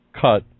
cut